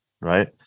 right